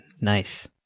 nice